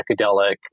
psychedelic